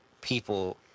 people